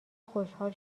خوشحال